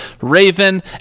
Raven